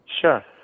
Sure